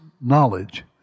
knowledge